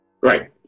Right